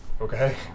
okay